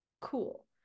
cool